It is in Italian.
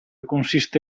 consiste